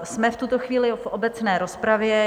Jsme v tuto chvíli v obecné rozpravě.